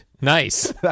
Nice